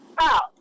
out